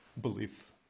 belief